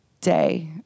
day